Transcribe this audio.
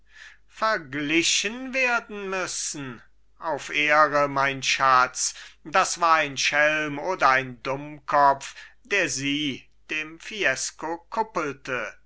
verglichen werden müssen auf ehre mein schatz das war ein schelm oder ein dummkopf der sie dem fiesco kuppelte